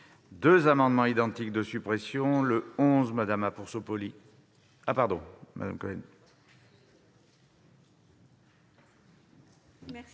aux amendements identiques de suppression